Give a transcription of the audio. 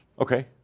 Okay